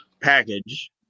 package